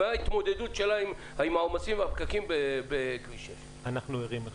מה ההתמודדות עם העומסים והפקקים בכביש 6. אנחנו ערים לכך,